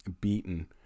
beaten